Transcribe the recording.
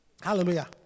Hallelujah